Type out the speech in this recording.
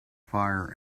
fire